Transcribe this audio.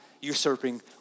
usurping